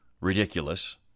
Ridiculous